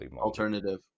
alternative